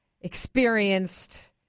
experienced